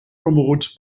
promoguts